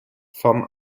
vom